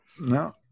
No